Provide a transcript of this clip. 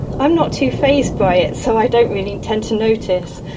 i'm not too fazed by it so i don't really tend to notice.